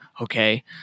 okay